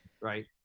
right